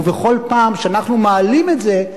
ובכל פעם שאנחנו מעלים את זה,